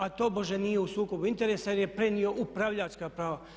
A tobože nije u sukobu interesa jer je prenio upravljačka prava.